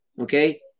okay